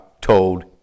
told